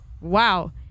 Wow